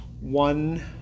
one